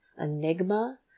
Enigma